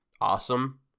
awesome